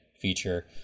feature